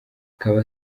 akaba